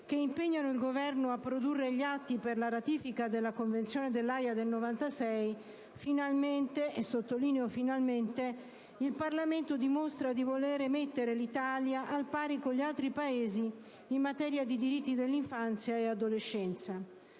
che impegnano il Governo a produrre gli atti per la ratifica della Convenzione dell'Aja del 1996 finalmente - e sottolineo finalmente - il Parlamento dimostra di voler mettere l'Italia al pari con gli altri Paesi in materia di diritti dell'infanzia e dell'adolescenza.